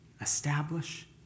establish